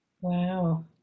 wow